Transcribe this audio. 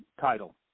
title